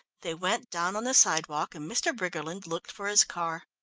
they went down on the sidewalk, and mr. briggerland looked for his car.